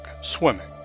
swimming